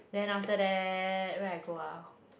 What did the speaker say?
then after that where I go ah